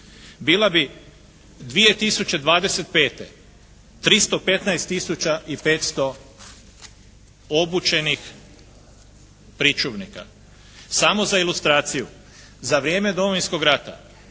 bila bi 2025. 315 tisuća i 500 obučenih pričuvnika. Samo za ilustraciju. Za vrijeme Domovinskog rata